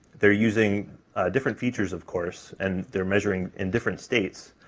they're using different features, of course, and they're measuring in different states,